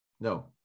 No